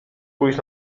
pójść